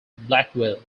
blackwell